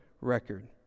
record